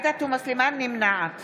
נמנעת